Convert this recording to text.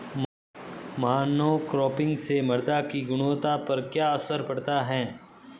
Monocropping से मृदा की गुणवत्ता पर क्या असर पड़ता है?